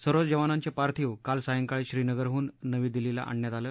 सर्व जवानांचे पार्थिव काल सायंकाळी श्रीनगरहून नवी दिल्लीला आणण्यात आले